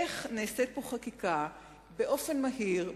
איך נעשית פה חקיקה באופן מהיר,